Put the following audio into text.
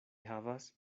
havas